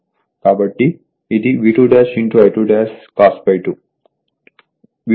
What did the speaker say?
కాబట్టిఇది V2 I2 cos ∅2